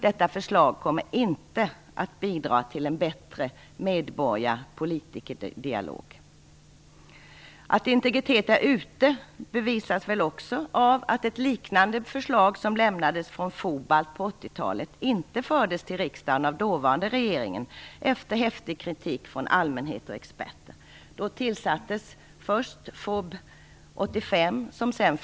Detta förslag kommer inte att bidra till en bättre dialog mellan medborgare och politiker. Att integritet är ute bevisas väl också av att ett liknande förslag från FOBALT på 80-talet efter häftig kritik från allmänhet och experter inte fördes till riksdagen av den dåvarande regeringen.